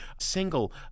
single